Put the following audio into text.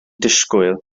disgwyl